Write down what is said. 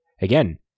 Again